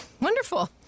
Wonderful